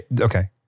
Okay